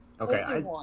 Okay